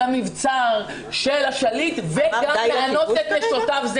המבצר של השליט וגם לאנוס את נשותיו.